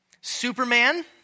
Superman